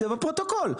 זה בפרוטוקול.